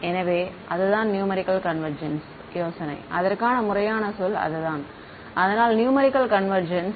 எனவே அதுதான் numerical convergence ன் யோசனை அதற்கான முறையான சொல் அதுதான் அதனால் நியூமரிக்கல் கான்வெர்ஜென்ஸ்